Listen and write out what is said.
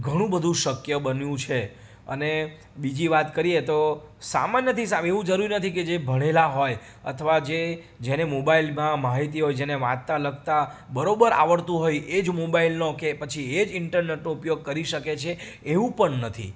ઘણુંબધું શક્ય બન્યું છે અને બીજી વાત કરીએ તો સામાન્યથી સામ એવું જરૂરી નથી કે જે ભણેલા હોય અથવા જે જેને મોબાઈલમાં માહિતી હોય જેને વાંચતાં લખતા બરોબર આવડતું હોય એ જ મોબાઈલનો કે પછી એ જ ઈન્ટરનેટનો ઉપયોગ કરી શકે છે એવું પણ નથી